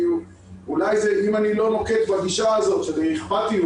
כי אולי אם אני נוקט בגישה הזאת של אכפתיות